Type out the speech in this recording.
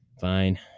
Fine